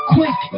Quick